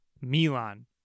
Milan